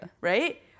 right